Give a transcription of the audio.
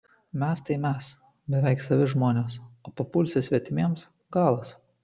mes tai mes beveik savi žmonės o papulsi svetimiems galas